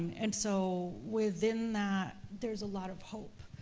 and so, within that, there's a lot of hope,